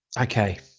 Okay